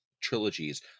trilogies